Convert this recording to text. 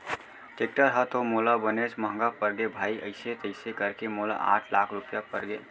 tractor ह तो मोला बनेच महँगा परगे भाई अइसे तइसे करके मोला आठ लाख रूपया परगे